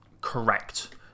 correct